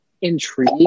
intrigue